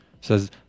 says